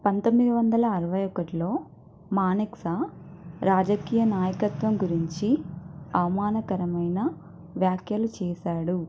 పంతొమ్మిది వందల అరవై ఒకటిలో మాణిక్సా రాజకీయ నాయకత్వం గురించి అవమానకరమైన వ్యాఖ్యలు చేశాడు